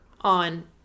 on